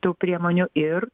tų priemonių ir